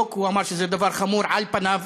והוא הבטיח לבדוק, הוא אמר שזה דבר חמור על פניו.